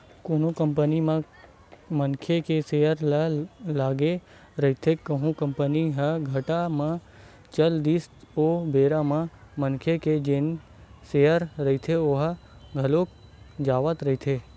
कोनो कंपनी म मनखे के सेयर ह लगे रहिथे कहूं कंपनी ह घाटा म चल दिस ओ बेरा म मनखे के जेन सेयर रहिथे ओहा घलोक जावत रहिथे